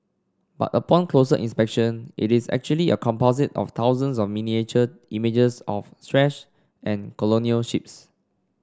but upon closer inspection it is actually a composite of thousands of miniature images of trash and colonial ships